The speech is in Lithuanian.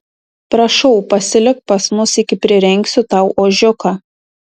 prašau pasilik pas mus iki prirengsiu tau ožiuką